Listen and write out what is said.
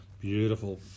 beautiful